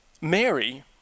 Mary